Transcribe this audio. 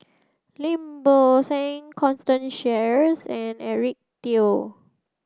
Lim Bo Seng Constance Sheares and Eric Teo